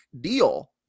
deal